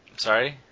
Sorry